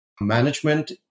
management